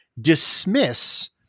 dismiss